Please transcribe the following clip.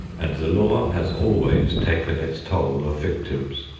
and the law has always taken its toll of victims.